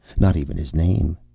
not even his name.